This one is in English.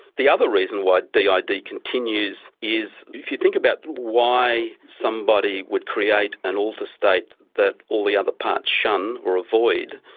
the other reason why yeah did continues is if you think about why somebody would create an alter state that all the other parts shun or avoid,